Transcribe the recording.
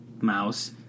Mouse